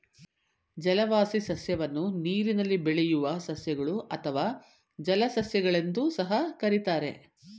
ಜಲವಾಸಿ ಸಸ್ಯವನ್ನು ನೀರಿನಲ್ಲಿ ಬೆಳೆಯುವ ಸಸ್ಯಗಳು ಅಥವಾ ಜಲಸಸ್ಯ ಗಳೆಂದೂ ಸಹ ಕರಿತಾರೆ